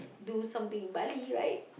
do something in Bali right